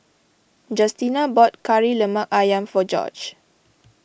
Justina bought Kari Lemak Ayam for Gorge